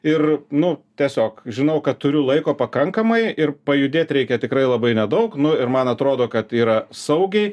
ir nu tiesiog žinau kad turiu laiko pakankamai ir pajudėt reikia tikrai labai nedaug nu ir man atrodo kad yra saugiai